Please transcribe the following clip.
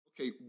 Okay